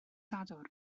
sadwrn